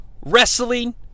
wrestling